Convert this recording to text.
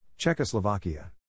Czechoslovakia